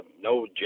no